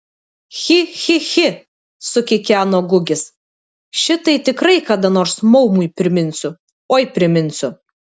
chi chi chi sukikeno gugis šitai tikrai kada nors maumui priminsiu oi priminsiu